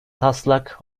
taslak